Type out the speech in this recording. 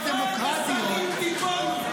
דמוקרטיות --- "וכאחד השרים תפֹּלו".